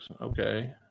Okay